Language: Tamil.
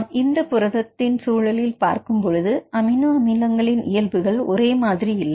நாம் இந்த புரதத்தின் சூழலில் பார்க்கும்போது அமினோ அமிலங்களின் இயல்புகள் ஒரே மாதிரி இல்லை